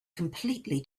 completely